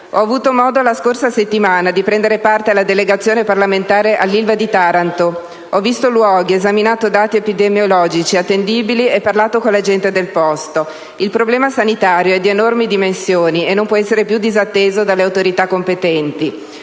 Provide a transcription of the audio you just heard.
Ho avuto modo la scorsa settimana di prendere parte alla delegazione parlamentare all'Ilva di Taranto. Ho visto i luoghi, esaminato dati epidemiologici attendibili e parlato con la gente del posto. Il problema sanitario è di enormi dimensioni e non può essere più disatteso dalle autorità competenti.